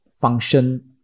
function